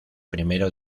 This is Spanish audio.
primero